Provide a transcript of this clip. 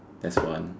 that's one